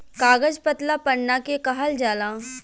कागज पतला पन्ना के कहल जाला